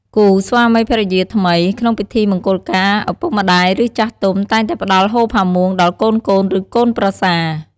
គូស្វាមីភរិយាថ្មី ក្នុងពិធីមង្គលការ ឪពុកម្តាយ ឬចាស់ទុំតែងតែផ្តល់ហូលផាមួងដល់កូនៗ ឬកូនប្រសា។